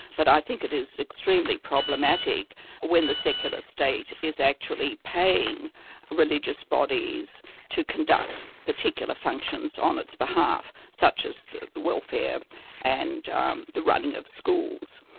but i think it is extremely problematic when the secular state is actually paying religions bodies to conduct particular functions on its behalf, such as the welfare and um the running of schools.